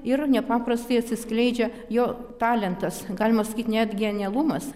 ir nepaprastai atsiskleidžia jo talentas galima sakyt net genialumas